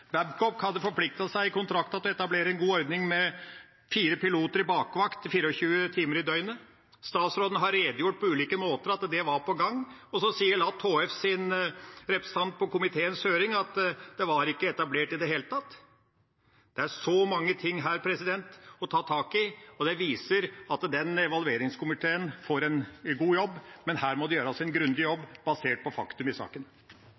hadde i kontrakten forpliktet seg til å etablere en god ordning, med fire piloter i bakvakt 24 timer i døgnet. Statsråden har på ulike måter redegjort for at det var på gang, og så sier Luftambulansetjenesten HFs representant i komiteens høring at det var ikke etablert i det hele tatt. Det er så mange ting å ta tak i her, og det viser at evalueringskomiteen får en god jobb, men her må det gjøres en grundig jobb, basert på faktum i saken.